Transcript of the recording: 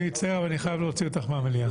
אני מצטער אבל אני חייב להוציא אותך מהישיבה.